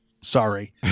sorry